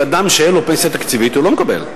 אדם שאין לו פנסיה תקציבית לא מקבל.